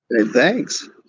thanks